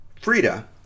Frida